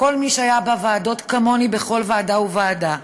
וכל מי שהיה בוועדות, כמוני, בכל ועדה וועדה,